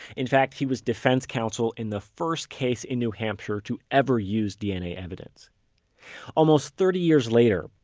in fact, he was defense counsel in the first case in new hampshire to ever use dna evidence almost thirty years later,